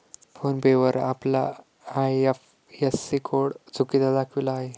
phone पे वर आपला IFSC code चुकीचा दाखविला आहे